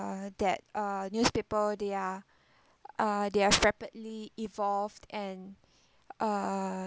that uh newspaper their uh their strategy evolved and uh